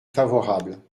favorable